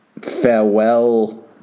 farewell